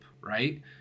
right